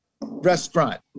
restaurant